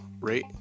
rate